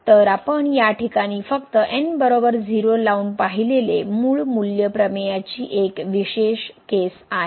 तर आपण या ठिकाणी फक्त n 0 लावून पाहिलेले मूळ मूल्य प्रमेयाची एक विशेष केस आहे